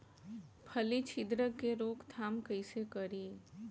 फली छिद्रक के रोकथाम कईसे करी?